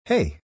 Hey